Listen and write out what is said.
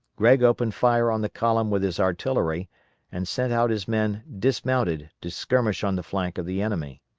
gregg opened fire on the column with his artillery and sent out his men dismounted to skirmish on the flank of the enemy.